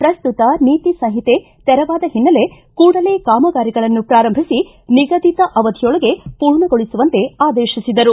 ಪ್ರಸ್ತುತ ನೀತಿ ಸಂಹಿತೆ ತೆರವಾದ ಹಿನ್ನೆಲೆ ಕೂಡಲೇ ಕಾಮಗಾರಿಗಳನ್ನು ಪ್ರಾರಂಭಿಸಿ ನಿಗದಿತ ಅವಧಿಯೊಳಗೆ ಪೂರ್ಣಗೊಳಿಸುವಂತೆ ಆದೇಶಿಸಿದರು